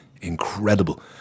incredible